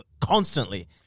constantly